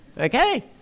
Okay